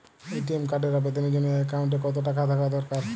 ATM কার্ডের আবেদনের জন্য অ্যাকাউন্টে কতো টাকা থাকা দরকার?